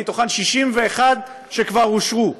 ומהן 61 כבר אושרו.